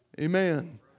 Amen